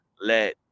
let